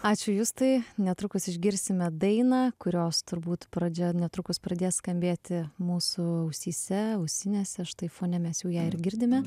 ačiū justai netrukus išgirsime dainą kurios turbūt pradžia netrukus pradės skambėti mūsų ausyse ausinėse štai fone mes jau ją ir girdime